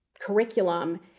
curriculum